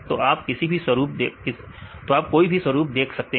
तो आप कोई भी स्वरूप देख सकते हैं